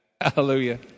Hallelujah